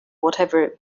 whatever